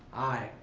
aye.